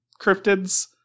cryptids